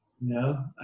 no